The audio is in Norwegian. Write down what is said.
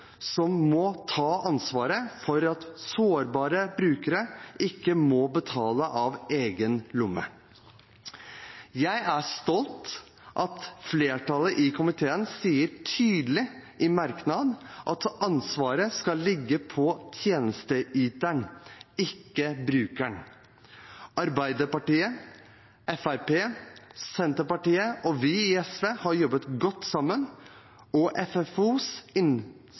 som behandler, som må ta ansvaret for at sårbare brukere ikke må betale av egen lomme. Jeg er stolt av at flertallet i komiteen sier tydelig i merknad at ansvaret skal ligge på tjenesteyteren, ikke brukeren. Arbeiderpartiet, Fremskrittspartiet, Senterpartiet og vi i SV har jobbet godt sammen, og FFOs